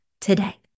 today